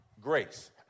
Grace